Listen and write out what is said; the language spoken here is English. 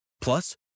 Plus